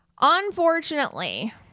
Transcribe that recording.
Unfortunately